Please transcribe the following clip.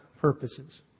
purposes